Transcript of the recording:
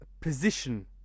Position